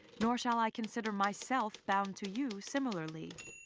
nor shall i consider myself bound to you similarly.